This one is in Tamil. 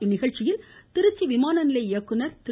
இந்நிகழ்ச்சியில் திருச்சி விமான நிலைய இயக்குநர் திரு